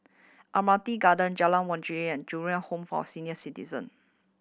Admiralty Garden Jalan Waringin and Ju Eng Home for Senior Citizen